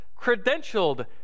credentialed